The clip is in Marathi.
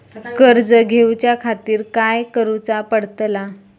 कर्ज घेऊच्या खातीर काय करुचा पडतला?